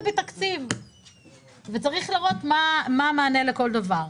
בתקציב וצריך לראות מה המענה לכל דבר.